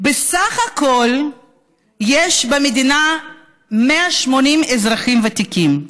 בסך הכול יש במדינה 180,000 אזרחים ותיקים.